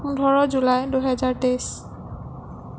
পোন্ধৰ জুলাই দুহেজাৰ তেইছ